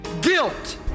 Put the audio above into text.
guilt